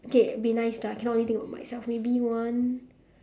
okay be nice ah cannot only think for myself maybe one